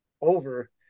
over